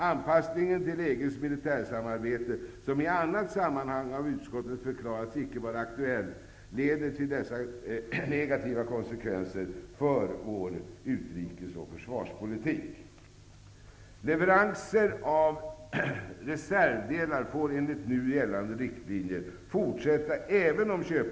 Anpassningen till EG:s militärsamarbete, som i annat sammanhang av utskottet förklarats icke vara aktuell, leder till dessa negativa konsekvenser för vår utrikes och försvarspolitik.